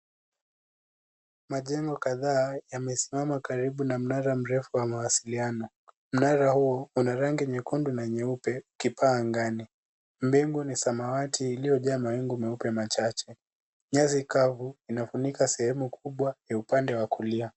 Majengo kadhaa yamesimama karibu na mnara mrefu wa mawasiliano. Mnara huo una rangi nyekundu na nyeupe, ikipaa angani. Mbingu ni samawati iliyojaa mawingu meupe machache. Nyasi kavu inafunika sehemu kubwa ya upande wa kulia.